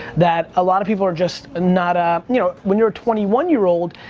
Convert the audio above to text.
that a lot of people are just ah not, ah you know, when you're a twenty one year old,